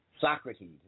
Socrates